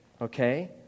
okay